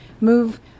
move